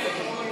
באנו לעבוד.